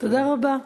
תודה רבה.